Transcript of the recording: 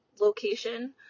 location